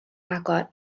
agor